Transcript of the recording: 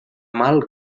mal